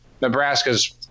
Nebraska's